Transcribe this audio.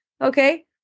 Okay